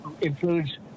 includes